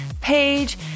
page